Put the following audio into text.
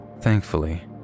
thankfully